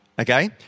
Okay